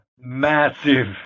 massive